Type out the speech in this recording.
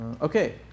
Okay